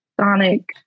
sonic